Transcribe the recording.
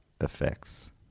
effects